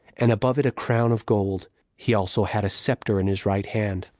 and above it a crown of gold he also had a scepter in his right hand.